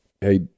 hey